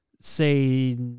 say